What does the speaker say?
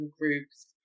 groups